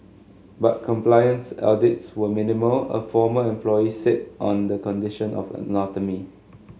but compliance audits were minimal a former employee said on the condition of anonymity